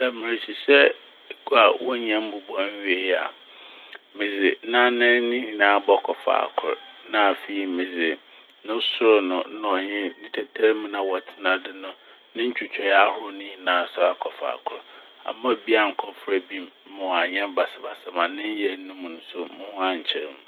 Sɛ merehyehyɛ egua a wonnyaa mbobɔe nnwie a medze n'anan ne nyinaa bɔkɔ fakor. Na afei medze no sor no na ɔnye ne tatarmu no a wɔtsena do no ne ntwitwae ahorow ne nyinaa so akɔ fakor amma ebi annkɔfora ebi m' ma ɔannyɛ basabasa ma ne nyɛe no mu so mo ho annkyer m'.